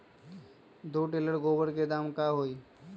दो टेलर गोबर के दाम का होई?